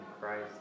Christ